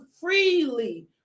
freely